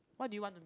what do you want to